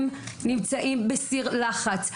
הם נמצאים בסיר לחץ.